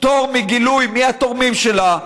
פטור מגילוי מי התורמים שלה,